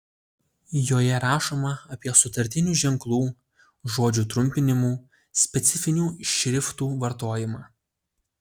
joje rašoma apie sutartinių ženklų žodžių trumpinimų specifinių šriftų vartojimą